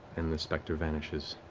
and the specter vanishes.